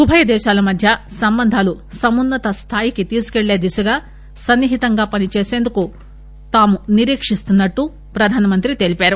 ఉభయ దేశాల మధ్య సంబంధాలు సమూన్పత స్లాయికి తీసుకుపెళ్లే దిశగా సన్ని హితంగా పనిచేసేందుకు తాము నిరీక్షిస్తున్న ట్లు ప్రధాన మంత్రి తెలిపారు